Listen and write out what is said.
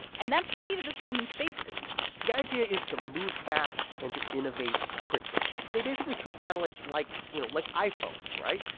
and that's the key to this whole new space business the idea is to move fast and to innovate quickly. they basically treat satellites like, you know, like iphones, right?